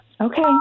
Okay